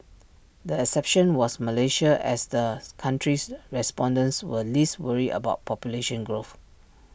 the exception was Malaysia as the country's respondents were least worried about population growth